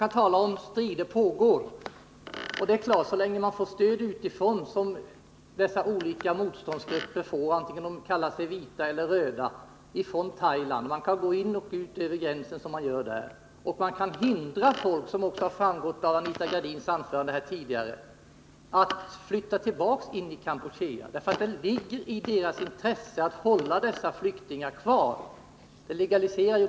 Man talar om att strider pågår, och det är klart att man kan göra det så länge som dessa olika motståndsgrupper, antingen de kallar sig vita eller röda, får stöd utifrån, från Thailand. Det är möjligt att gå in och ut över gränsen där. Man kan hindra folk från — det framgick också av Anita Gradins anförande — att flytta tillbaka till Kampuchea, därför att det ligger i ens intresse att hålla dessa flyktingar kvar.